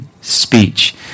speech